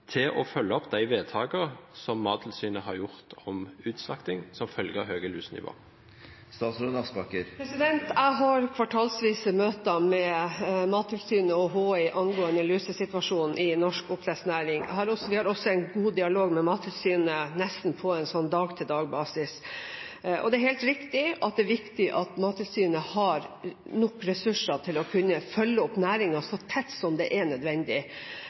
til å følge opp de vedtakene som Mattilsynet har gjort om utslakting som følge av høye lusenivå. Jeg har kvartalsvise møter med Mattilsynet og Havforskningsinstituttet angående lusesituasjonen i norsk oppdrettsnæring. Vi har også en god dialog med Mattilsynet nesten på dag-til-dag-basis. Det er helt riktig at det er viktig at Mattilsynet har nok ressurser til å kunne følge opp næringen så tett som nødvendig. Det mener jeg at Mattilsynet har, ut fra de tilbakemeldingene jeg får. Men jeg er